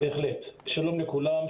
שלום לכולם,